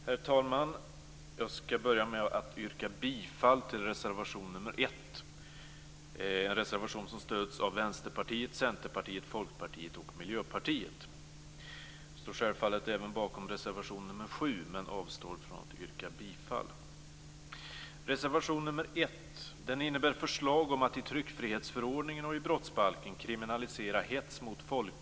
Herr talman! Jag skall börja med att yrka bifall till reservation 1, en reservation som stöds av Vänsterpartiet, Centerpartiet, Folkpartiet och Miljöpartiet. Jag står självfallet även bakom reservation 7 men avstår från att yrka bifall. Detta är inget nytt krav.